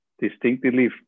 distinctively